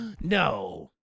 No